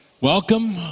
welcome